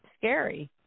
scary